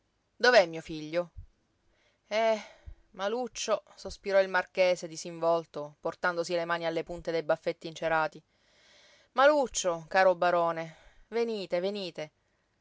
dov'è mio figlio eh maluccio sospirò il marchese disinvolto portandosi le mani alle punte dei baffetti incerati maluccio caro barone venite venite